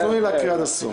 אז תנו לי להקריא עד הסוף.